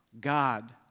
God